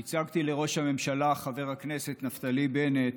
הצגתי לראש הממשלה חבר הכנסת נפתלי בנט